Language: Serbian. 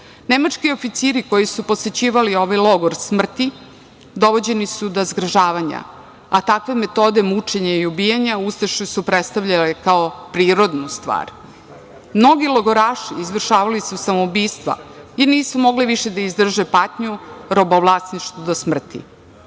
Nemački oficiri koji su posećivali ovaj logor smrti, dovođeni su do zgražavanja, a takve metode mučenja i ubijanja ustaše su predstavljale kao prirodu stvar. Mnogi logoraši izvršavali su samoubistva, jer nisu mogli više da izdrže patnju robovlasništvo do smrti,